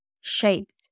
shaped